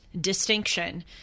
distinction